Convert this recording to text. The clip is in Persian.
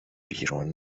بیرون